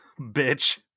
bitch